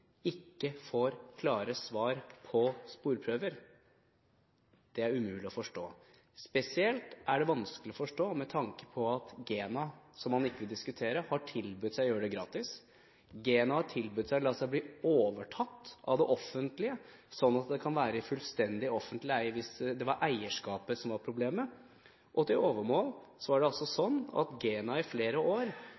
ikke får klare svar på sporprøver. Det er umulig å forstå, spesielt er det vanskelig å forstå med tanke på at GENA – som man ikke vil diskutere – har tilbudt seg å gjøre det gratis. GENA har tilbudt seg å la seg bli overtatt av det offentlige, sånn at det kan være i fullstendig offentlig eie, hvis det var eierskapet som var problemet. Til alt overmål er det